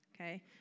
okay